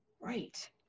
right